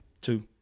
Two